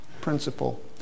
principle